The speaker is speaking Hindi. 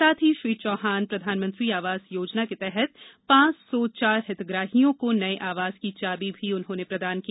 साथ ही श्री चौहान प्रधानमंत्री आवास योजना के तहत पांच सौ चार हितग्राहियों को नये आवास की चाबी प्रदान की